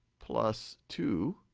plus two,